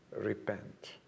repent